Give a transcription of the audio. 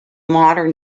modern